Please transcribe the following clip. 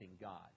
God